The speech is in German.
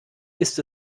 ist